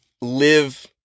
live